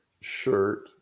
shirt